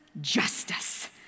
justice